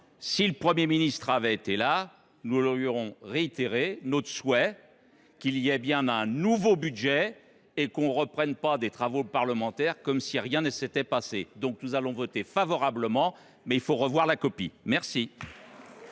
Si le Premier ministre avait été là, nous lui aurions réitéré notre souhait qu’il y ait bien un nouveau budget et que l’on ne reprenne pas les travaux parlementaires comme si rien ne s’était passé. Nous allons donc voter favorablement, mais il faut revoir la copie. La